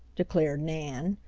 declared nan.